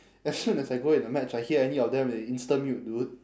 as soon as I go in the match I hear any of them they instant mute dude